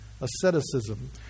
Asceticism